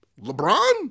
LeBron